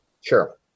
Sure